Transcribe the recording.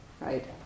right